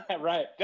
right